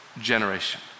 generation